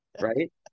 right